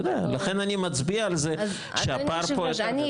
לכן אני מצביע על זה שהפער פה יותר גדול.